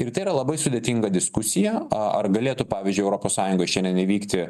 ir tai yra labai sudėtinga diskusija a ar galėtų pavyzdžiui europos sąjungoj šiandien įvykti